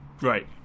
right